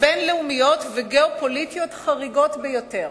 בין-לאומיות וגיאו-פוליטיות חריגות ביותר.